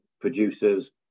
producers